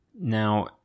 Now